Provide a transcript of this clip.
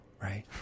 right